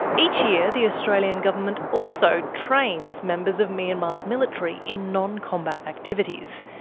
each year, the australian government also trains members of myanmar's military in non-combat activities.